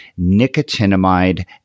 nicotinamide